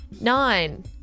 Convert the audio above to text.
Nine